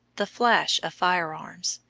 the flash of firearms,